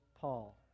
Paul